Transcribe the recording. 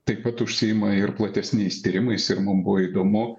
taip pat užsiima ir platesniais tyrimais ir mum buvo įdomu